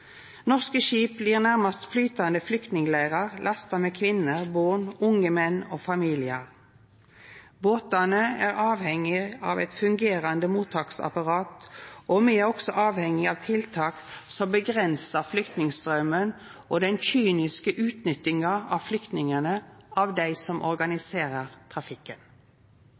Norske skip blir nærmast flytande flyktningleirar, lasta med kvinner, born, unge menn og familiar. Båtane er avhengige av eit fungerande mottaksapparat, og me er også avhengige av tiltak som avgrensar flyktningstraumen og den kyniske utnyttinga av flyktningane av dei som organiserer trafikken.